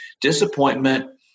Disappointment